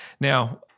Now